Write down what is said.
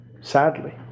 sadly